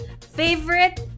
Favorite